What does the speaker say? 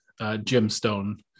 gemstone